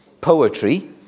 poetry